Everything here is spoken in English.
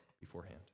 beforehand